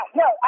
no